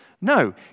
No